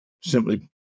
simply